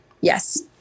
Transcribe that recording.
Yes